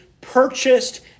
purchased